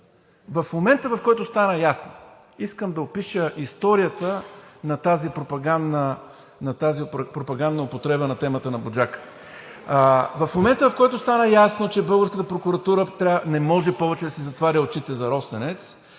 В момента, в който стана ясно, искам да опиша историята на тази пропагандна употреба на темата за „Буджака“. В момента, в който стана ясно, че българската прокуратура не може повече да си затваря очите за „Росенец“,